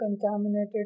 contaminated